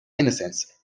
innocence